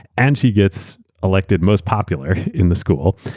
and she gets elected most popular in the school.